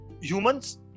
humans